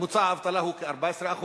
וממוצע האבטלה הוא כ-14%,